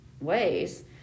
ways